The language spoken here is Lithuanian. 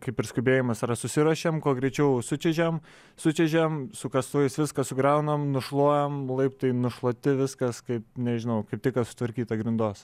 kaip ir skubėjimas yra susiruošėm kuo greičiau sučiuožėm sučiuožėm su kastuvais viską sugriaunam nušluojam laiptai nušluoti viskas kaip nežinau kaip tik ką sutvarkyta grindos